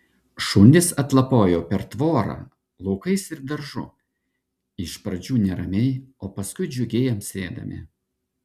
šunys atlapnojo per tvorą laukais ir daržu iš pradžių neramiai o paskui džiugiai amsėdami